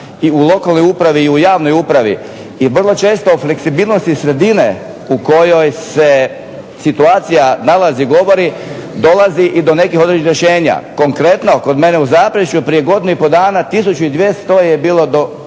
i u lokalnoj i javnoj upravi. I vrlo često fleksibilnosti sredine u kojoj se situacija nalazi i govori dolazi do nekih određenih rješenja. Konkretno kod mene u Zaprešiću pred godinu i pol dana tisuću 200 je bilo